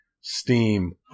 Steam